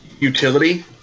utility